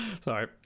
Sorry